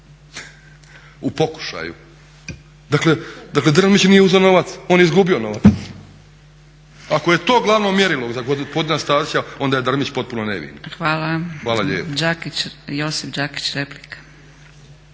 u pokušaju. Dakle Drmić nije uzeo novac, on je izgubio novac. Ako je to glavno mjerilo za gospodina Stazića onda je Drmić potpuno nevin. Hvala lijepo.